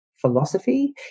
philosophy